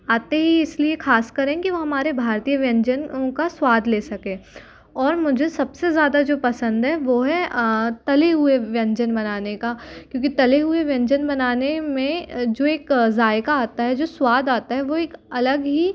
आते ही इस लिए ख़ास कर हैं कि वो हमारे भारतीय व्यंजन उनका स्वाद ले सकें और मुझे सब से ज़्यादा जो पसंद है वो है तले हुए व्यंजन बनाने का क्योंकि तले हुए व्यंजन बनाने में जो एक ज़ायक़ा आता है जो स्वाद आता है वो एक अलग ही